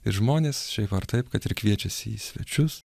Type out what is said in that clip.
ir žmonės šiaip ar taip kad ir kviečiasi į svečius